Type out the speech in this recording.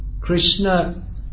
Krishna